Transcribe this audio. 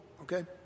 okay